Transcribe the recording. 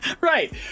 Right